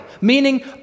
meaning